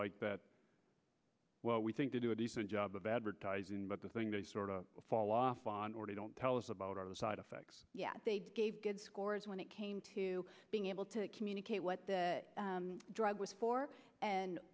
like that we think they do a decent job of advertising but the thing they sort of fall off on or they don't tell us about are the side effects yet they gave good scores when it came to being able to communicate what the drug was for